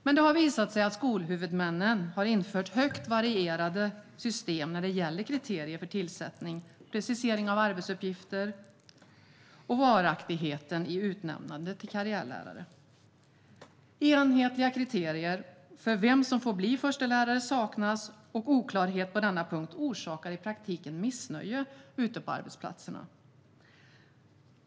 Det har dock visat sig att skolhuvudmännen har infört högst varierade system när det gäller kriterier för tillsättning, precisering av arbetsuppgifter och varaktigheten i utnämnandet till karriärlärare. Enhetliga kriterier för vem som får bli förstelärare saknas, och oklarhet på denna punkt orsakar i praktiken missnöje ute på arbetsplatserna.